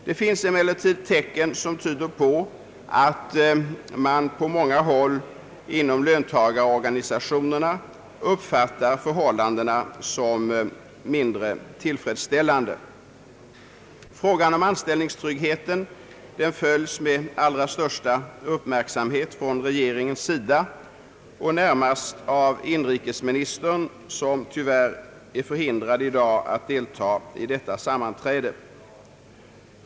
Det finns emellertid tecken som tyder på att man på många håll inom dessa uppfattar läget som mindre tillfredsställande. Frågan om = anställningstryggheten följs med den allra största uppmärksamhet från regeringens sida och närmast av inrikesministern, som tyvärr är förhindrad delta i dagens sammanträde.